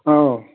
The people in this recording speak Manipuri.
ꯑꯧ